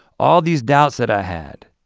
all these doubts that i had,